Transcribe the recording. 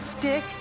dick